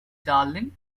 darling